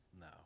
No